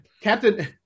Captain